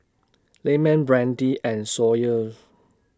Lyman Brandi and Sawyer